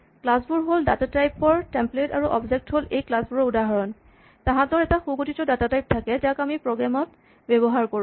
class বোৰ হ'ল data type ৰ টেমপ্লেট আৰু অবজেক্ট হ'ল এই ক্লাচ বোৰৰ উদাহৰণ তাহাঁতৰ এটা সুগঠিত ডাটা টাইপ থাকে যাক আমি প্ৰগ্ৰেম ত ব্যৱহাৰ কৰোঁ